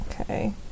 Okay